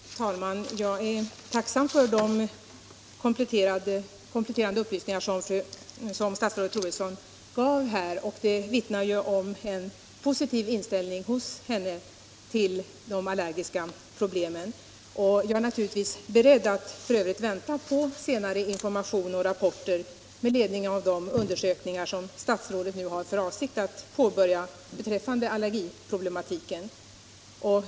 Herr talman! Jag är tacksam för de kompletterande upplysningar som statsrådet Troedsson gav här och som vittnar om att hon har en positiv inställning till att ta itu med de allergiska problemen. F. ö. är jag naturligtvis beredd att vänta på senare informationer och rapporter med anledning av de undersökningar som statsrådet nu har för avsikt att påbörja beträffande allergiproblematiken.